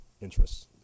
interests